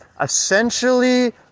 essentially